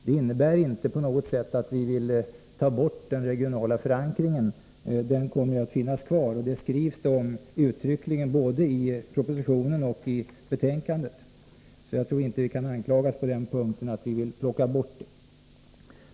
Det innebär inte på något sätt att vi vill ta bort den regionala förankringen. Den kommer att finnas kvar; det skrivs uttryckligen i både propositionen och betänkandet, så jag tror inte att vi kan anklagas för att vilja ta bort den.